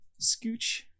scooch